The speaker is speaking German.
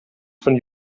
von